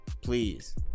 Please